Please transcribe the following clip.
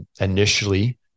Initially